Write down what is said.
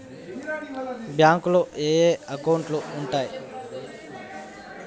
బ్యాంకులో ఏయే అకౌంట్లు ఉంటయ్?